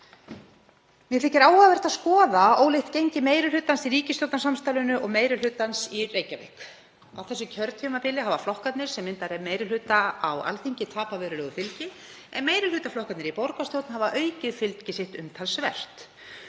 Mér þykir áhugavert að skoða ólíkt gengi meiri hlutans í ríkisstjórnarsamstarfinu og meiri hlutans í Reykjavík. Á þessu kjörtímabili hafa flokkarnir sem mynda meiri hluta á Alþingi tapað verulegu fylgi, en meirihlutaflokkarnir í borgarstjórn hafa aukið fylgi sitt umtalsvert.